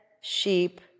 sheep